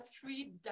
three